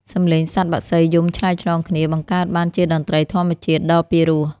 សំឡេងសត្វបក្សីយំឆ្លើយឆ្លងគ្នា បង្កើតបានជាតន្ត្រីធម្មជាតិដ៏ពីរោះ។